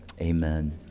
amen